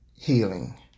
healing